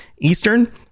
Eastern